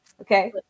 Okay